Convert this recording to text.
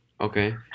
Okay